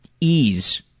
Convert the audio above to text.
ease